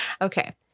okay